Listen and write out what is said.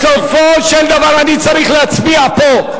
אתה צריך להבין, בסופו של דבר אני צריך להצביע פה.